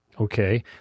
Okay